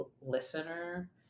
listener